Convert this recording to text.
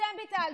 אתם ביטלתם,